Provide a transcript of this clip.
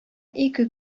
ике